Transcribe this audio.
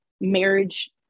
marriage